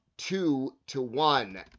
two-to-one